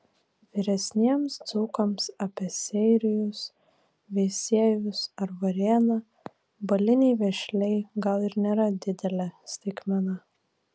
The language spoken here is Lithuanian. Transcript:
vyresniems dzūkams apie seirijus veisiejus ar varėną baliniai vėžliai gal ir nėra didelė staigmena